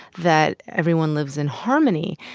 that everyone lives in harmony.